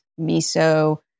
miso